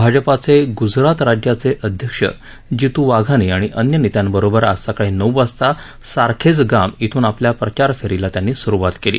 भाजपाचे गुजरात राज्याचे अध्यक्ष जितू वाघानी आणि अन्य नेत्यांबरोबर आज सकाळी नऊ वाजता सारखेज गाम भ्रून आपल्या प्रचार फेरीला त्यांनी सुरुवात केली